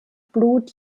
blut